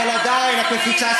אבל עדיין, אבל עדיין את מפיצה שנאה.